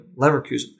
Leverkusen